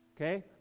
okay